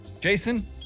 Jason